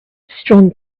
strong